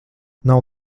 nav